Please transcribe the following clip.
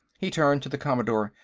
he turned to the commodore.